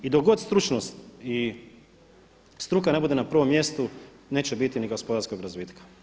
I dok god stručnost i struka ne bude na prvom mjestu neće biti ni gospodarskog razvitka.